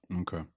Okay